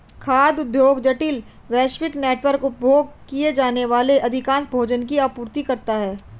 खाद्य उद्योग जटिल, वैश्विक नेटवर्क, उपभोग किए जाने वाले अधिकांश भोजन की आपूर्ति करता है